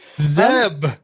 Zeb